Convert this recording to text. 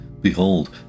Behold